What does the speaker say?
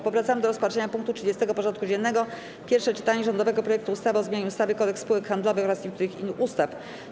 Powracamy do rozpatrzenia punktu 30. porządku dziennego: Pierwsze czytanie rządowego projektu ustawy o zmianie ustawy - Kodeks spółek handlowych oraz niektórych innych ustaw.